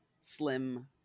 slim